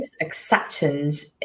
acceptance